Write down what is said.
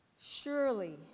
Surely